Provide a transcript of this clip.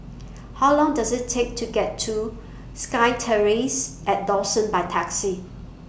How Long Does IT Take to get to SkyTerrace At Dawson By Taxi